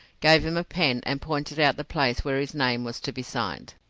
gave him a pen, and pointed out the place where his name was to be signed.